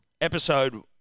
Episode